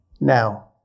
Now